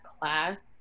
class